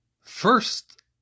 First